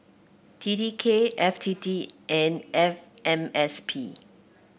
T T K F T T and F M S P